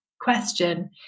question